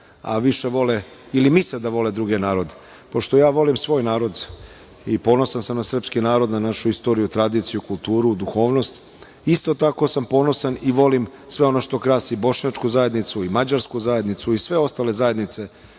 svoj narod ili misle da vole druge narode. Pošto ja volim svoj narod i ponosan sam na srpski narod, na našu istoriju, tradiciju, kulturu, duhovnost, isto tako sam ponosan i volim sve ono što krasi i bošnjačku zajednicu i mađarsku zajednicu i sve ostale zajednice